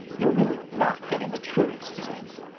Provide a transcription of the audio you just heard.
you're really not getting the true experience.